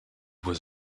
was